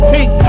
Pink